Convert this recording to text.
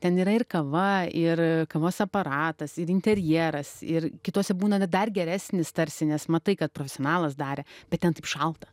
ten yra ir kava ir kavos aparatas ir interjeras ir kitose būna dar geresnis tarsi nes matai kad profesionalas darė bet ten taip šalta